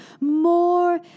more